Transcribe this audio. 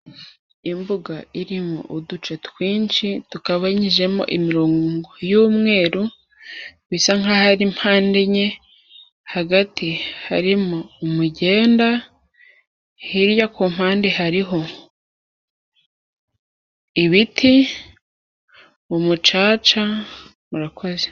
Imbuga irimo uduce twinshi, tugabanyijemo imirongo y'umweru, bisa nk'aho ari mpande enye. Hagati harimo umugenda, hirya ku mpande hariho ibiti, umucaca, murakoze.